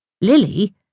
Lily